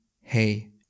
hey